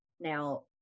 Now